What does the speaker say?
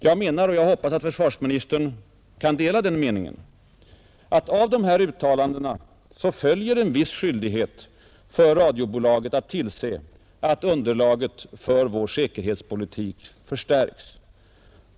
Jag menar — och jag hoppas att försvarsministern kan dela den meningen — att enligt radioavtalet föreligger skyldighet för radiobolaget att tillse att underlaget för vår säkerhetspolitik förstärks.